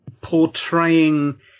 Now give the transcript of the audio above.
portraying